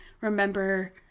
remember